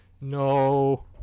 No